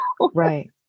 Right